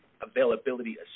availability